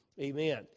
Amen